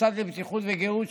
המוסד לבטיחות וגהות,